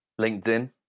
LinkedIn